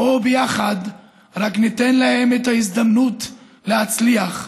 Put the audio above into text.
בואו ביחד רק ניתן להם את הזדמנות להצליח.